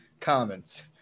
comments